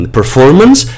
performance